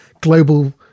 global